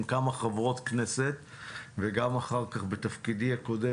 כמה חברות הכנסת וגם אחר כך בתפקידי הקודם,